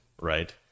right